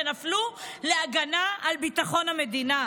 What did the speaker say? שנפלו בהגנה על ביטחון המדינה.